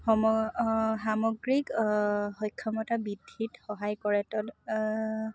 সম সামগ্ৰীক সক্ষমতা বৃদ্ধিত সহায় কৰে